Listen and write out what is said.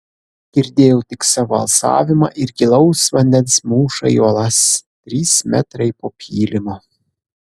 girdėjau tik savo alsavimą ir gilaus vandens mūšą į uolas trys metrai po pylimu